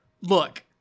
look